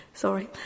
Sorry